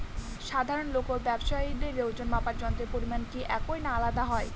সাধারণ লোক ও ব্যাবসায়ীদের ওজনমাপার যন্ত্রের পরিমাপ কি একই না আলাদা হয়?